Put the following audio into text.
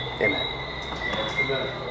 Amen